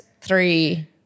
three